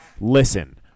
listen